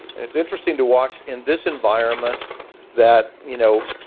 and it's interesting to watch in this environment that, you know,